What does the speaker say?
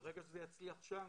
ברגע שזה יצליח שם,